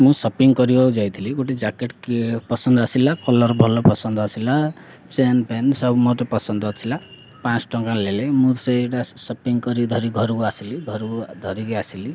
ମୁଁ ସପିଙ୍ଗ କରିବାକୁ ଯାଇଥିଲି ଗୋଟେ ଜ୍ୟାକେଟ୍ ପସନ୍ଦ ଆସିଲା କଲର୍ ଭଲ ପସନ୍ଦ ଆସିଲା ଚେନ୍ ପେନ୍ ସବୁ ମୋତେ ପସନ୍ଦ ଆସିଲା ପାଶ ଟଙ୍କା ନେଲେ ମୁଁ ସେଇଟା ସପିଙ୍ଗ କରି ଧରି ଘରକୁ ଆସିଲି ଘରକୁ ଧରିକି ଆସିଲି